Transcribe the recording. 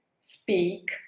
speak